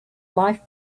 life